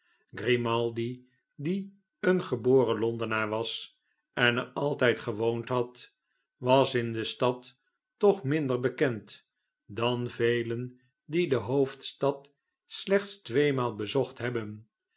die een geboren londenaar was en er altijd gewoond had was in de stad toch minder bekend dan velen die de hoofdstad slechts tweemaal bezocht hebben